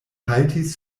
haltis